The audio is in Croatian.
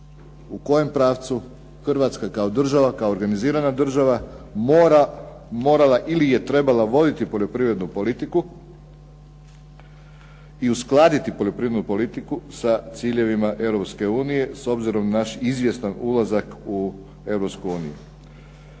u kojem pravcu Hrvatska kao organizirana država mora, morala ili je trebala voditi poljoprivrednu politiku i uskladiti poljoprivrednu politiku sa ciljevima Europske unije s obzirom na naš izvjestan ulazak u